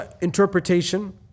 interpretation